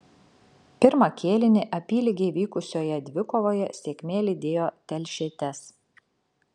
pirmą kėlinį apylygiai vykusioje dvikovoje sėkmė lydėjo telšietes